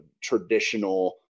traditional